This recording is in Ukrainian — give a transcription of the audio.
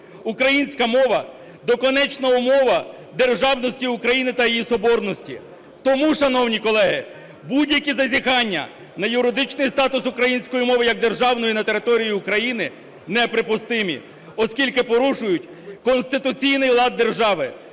Українська мова – доконечна умова державності України та її соборності". Тому, шановні колеги, будь-які зазіхання на юридичний статус української мови як державної на території України неприпустимі, оскільки порушують конституційний лад держави,